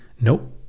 nope